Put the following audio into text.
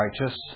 righteous